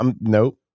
Nope